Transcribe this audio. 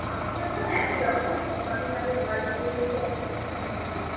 আমাদের ওখানেও একই রকম কদিন আগে ঝড় বৃষ্টি হয়েছে এখন মোটামুটি ঠিক আছে